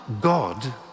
God